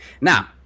Now